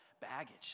baggage